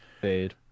fade